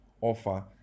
offer